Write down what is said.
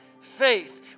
faith